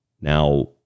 Now